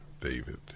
David